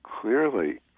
clearly